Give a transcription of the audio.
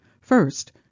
First